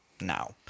now